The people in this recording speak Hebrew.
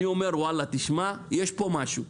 הייתי אומר: וואלה, יש פה משהו.